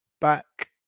back